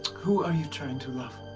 who are you trying to love?